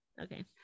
okay